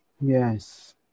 Yes